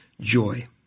joy